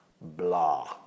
Blah